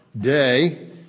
day